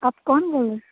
आप कौन बोल रहे हैं